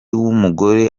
w’umugore